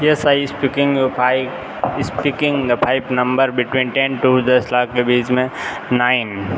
yes I speaking five speaking five number between ten two दस लाख के बीच में नाइन